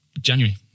January